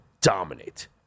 dominate